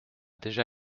déjà